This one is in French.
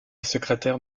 secrétaire